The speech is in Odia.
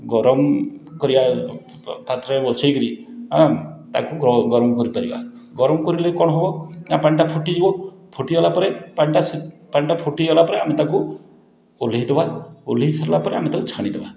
ଗରମ କରିବା ପାତ୍ରରେ ବସାଇକରି ଆଁ ତାକୁ ଗରମ କରିପାରିବା ଗରମ କରିଲେ କ'ଣ ହେବ ନା ପାଣିଟା ଫୁଟିଯିବ ଫୁଟିଗଲା ପରେ ପାଣିଟା ସି ପାଣିଟା ଫୁଟିଗଲା ପରେ ଆମେ ତାକୁ ଓହ୍ଲାଇ ଦେବା ଓହ୍ଲାଇ ସାରିଲା ପରେ ଆମେ ତାକୁ ଛାଣିଦେବା